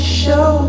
show